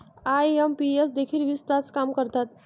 IMPS देखील वीस तास काम करतात?